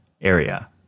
area